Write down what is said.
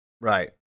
Right